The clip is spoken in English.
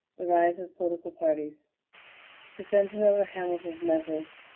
the rise of political parties dissensions over hamilton's measures.